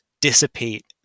dissipate